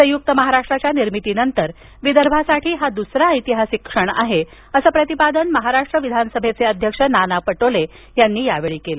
संयुक्त महाराष्ट्राच्या निर्मितीनंतर विदर्भासाठी हा दुसरा ऐतिहासिक क्षण आहे असं प्रतिपादन महाराष्ट्र विधानसभेचे अध्यक्ष नाना पटोले यांनी यावेळी केलं